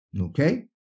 Okay